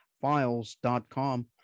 files.com